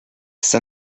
está